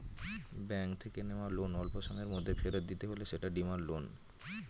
bank থেকে নেওয়া loan অল্পসময়ের মধ্যে ফেরত দিতে হলে সেটা ডিমান্ড লোন